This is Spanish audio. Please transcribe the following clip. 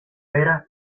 vera